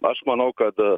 aš manau kad